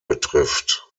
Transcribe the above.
betrifft